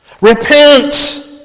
Repent